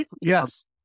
Yes